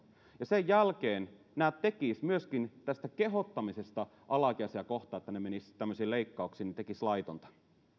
ja sen jälkeen myöskin tekisi laitonta tästä kehottamisesta alaikäisiä kohtaan että he menisivät tällaisiin leikkauksiin